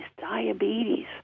diabetes